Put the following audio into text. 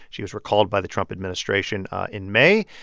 she was recalled by the trump administration in may.